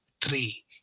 Three